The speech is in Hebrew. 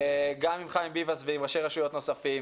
גם עם חיים ביבס ועם ראשי רשויות נוספים,